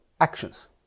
actions